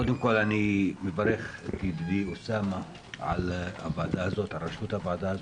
קודם כל אני מברך את ידידי אוסאמה על ראשות הוועדה הזו,